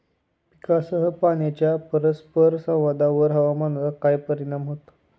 पीकसह पाण्याच्या परस्पर संवादावर हवामानाचा काय परिणाम होतो?